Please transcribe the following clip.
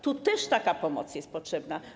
Tu też taka pomoc jest potrzebna.